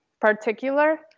particular